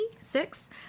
six